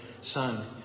son